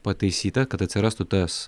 pataisyta kad atsirastų tas